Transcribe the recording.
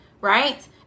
right